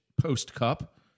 post-cup